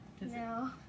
No